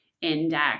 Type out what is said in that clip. index